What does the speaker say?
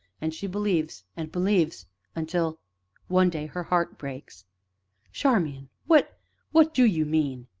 and she believes and believes until one day her heart breaks charmian what what do you mean?